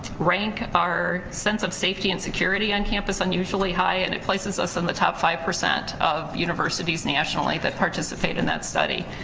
rank our sense of safety and security on campus unusually high and it places us in the top five percent of universities nationally, that participate in that study.